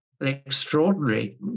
extraordinary